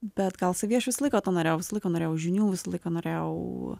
bet gal savyje aš visą laiką to norėjau visą laiką norėjau žinių visą laiką norėjau